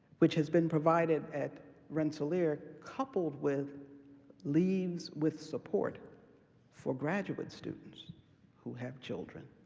which has been provided at rensselaer, coupled with leaves with support for graduate students who have children,